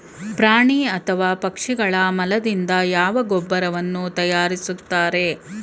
ಪ್ರಾಣಿ ಅಥವಾ ಪಕ್ಷಿಗಳ ಮಲದಿಂದ ಯಾವ ಗೊಬ್ಬರವನ್ನು ತಯಾರಿಸುತ್ತಾರೆ?